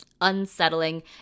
unsettling